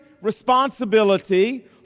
responsibility